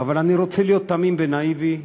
אבל אני רוצה להיות תמים ונאיבי,